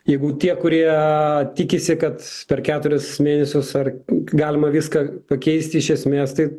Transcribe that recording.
jeigu tie kurie tikisi kad per keturis mėnesius ar galima viską pakeisti iš esmės tai